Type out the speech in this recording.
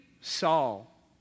Saul